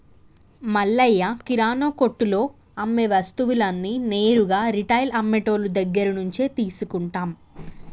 మల్లయ్య కిరానా కొట్టులో అమ్మే వస్తువులన్నీ నేరుగా రిటైల్ అమ్మె టోళ్ళు దగ్గరినుంచే తీసుకుంటాం